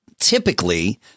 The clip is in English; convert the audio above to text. Typically